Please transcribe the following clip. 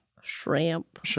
Shrimp